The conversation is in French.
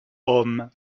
homme